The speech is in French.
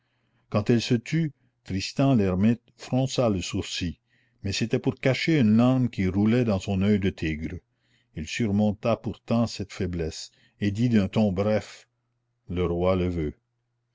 quand elle se tut tristan l'hermite fronça le sourcil mais c'était pour cacher une larme qui roulait dans son oeil de tigre il surmonta pourtant cette faiblesse et dit d'un ton bref le roi le veut